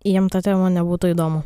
jiem ta tema nebūtų įdomu